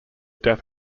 death